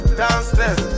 downstairs